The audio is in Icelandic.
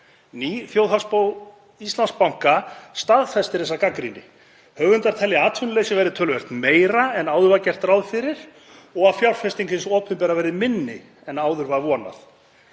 Ný þjóðhagsspá Íslandsbanka staðfestir þessa gagnrýni. Höfundar telja að atvinnuleysi verði töluvert meira en áður var gert ráð fyrir og að fjárfesting hins opinbera verði minni en áður var vonað.